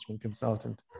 consultant